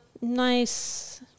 nice